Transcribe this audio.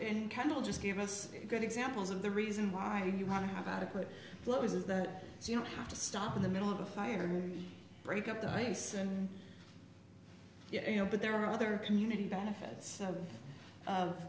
and kind of just give us a good examples of the reason why you want to have adequate flows of that so you don't have to stop in the middle of the fire break up the ice and you know but there are other community benefits